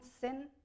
sin